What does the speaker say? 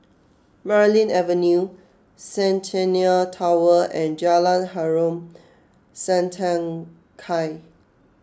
Marlene Avenue Centennial Tower and Jalan Harom Setangkai